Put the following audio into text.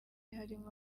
harimo